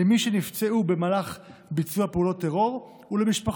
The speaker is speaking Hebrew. למי שנפצעו במהלך ביצוע פעולות טרור ולמשפחות